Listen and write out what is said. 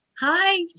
Hi